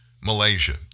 Malaysia